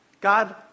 God